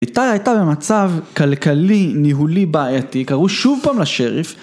איתר הייתה במצב כלכלי ניהולי בעייתי, קראו שוב פעם לשריף